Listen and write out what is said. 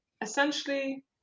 essentially